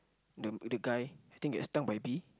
the the guy I think get stung by bee